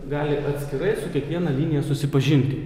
gali atskirai su kiekviena linija susipažinti